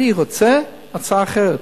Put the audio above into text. אני רוצה הצעה אחרת,